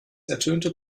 ertönte